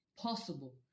possible